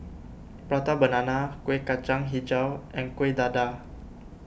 Prata Banana Kueh Kacang HiJau and Kuih Dadar